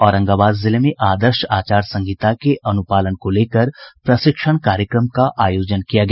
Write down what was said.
औरंगाबाद जिले में आदर्श आचार संहिता के अनुपालन को लेकर प्रशिक्षण कार्यक्रम का आयोजन किया गया